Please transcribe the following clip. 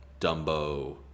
Dumbo